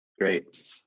Great